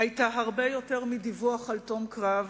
היתה הרבה יותר מדיווח על תום קרב,